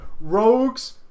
Rogues